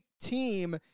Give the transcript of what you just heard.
team